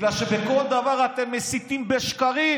בגלל שבכל דבר אתם מסיתים בשקרים